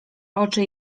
oczy